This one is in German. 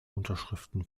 unterschriften